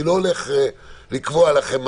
אני לא הולך לקבוע לכם,